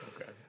Okay